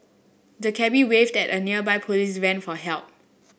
the cabby waved at a nearby police van for help